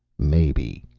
maybe,